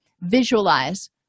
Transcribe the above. visualize